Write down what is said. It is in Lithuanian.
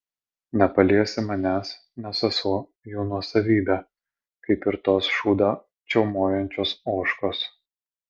nepaliesi manęs nes esu jų nuosavybė kaip ir tos šūdą čiaumojančios ožkos